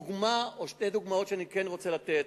דוגמה או שתי דוגמאות שאני כן רוצה לתת,